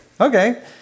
Okay